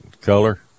color